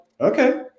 Okay